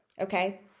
Okay